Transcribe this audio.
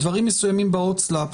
בדברים מסוימים בהוצאה לפועל,